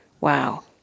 Wow